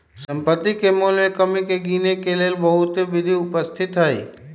सम्पति के मोल में कमी के गिनेके लेल बहुते विधि उपस्थित हई